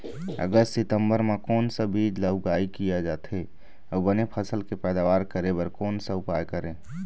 अगस्त सितंबर म कोन सा बीज ला उगाई किया जाथे, अऊ बने फसल के पैदावर करें बर कोन सा उपाय करें?